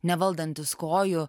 nevaldantis kojų